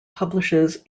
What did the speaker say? publishes